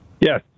Yes